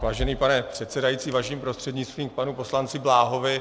Vážený pane předsedající, vaším prostřednictvím k panu poslanci Bláhovi.